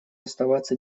оставаться